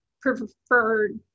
preferred